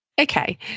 Okay